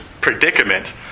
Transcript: predicament